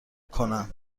کنم